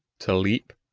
to leap,